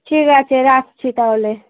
ঠিক আছে রাখছি তাহলে